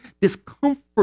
discomfort